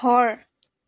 ঘৰ